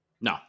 No